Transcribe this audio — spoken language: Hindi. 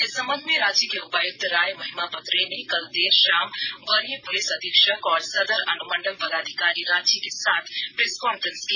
इस संबंध में रांची के उपायुक्त राय महिमापत रे ने कल देर षाम वरीय पुलिस अधीक्षक और सदर अनुमंडल पदाधिकारी रांची के साथ प्रेस कॉन्फ्रेंस की